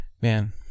Man